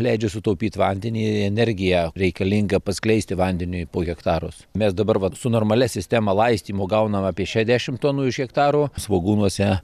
leidžia sutaupyt vandenį ir energiją reikalingą paskleisti vandeniui po hektarus mes dabar vat su normalia sistema laistymo gaunam apie šešiasdešim tonų iš hektaro svogūnuose